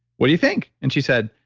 what do you think? and she said,